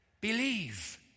Believe